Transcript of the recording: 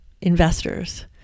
investors